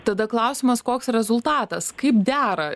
tada klausimas koks rezultatas kaip dera